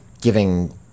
giving